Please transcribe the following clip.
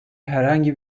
herhangi